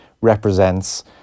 represents